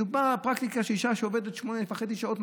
מדובר על פרקטיקה של אישה שעובדת שמונה וחצי שעות,